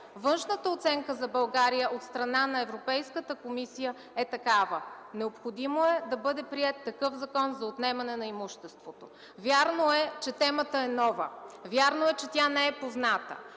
Външната оценка за България от страна на Европейската комисия е такава: необходимо е да бъде приет такъв Закон за отнемане на имуществото. Вярно е, че темата е нова. Вярно е, че тя не е позната.